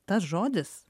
tas žodis